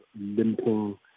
limping